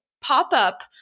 pop-up